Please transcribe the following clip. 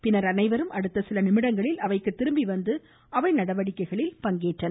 பின்னர் அனைவரும் அடுத்த சில நிமிடங்களில் அவைக்கு திரும்பி வந்து அவை நடவடிக்கைகளில் கலந்துகொண்டனர்